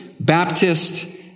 Baptist